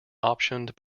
optioned